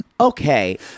Okay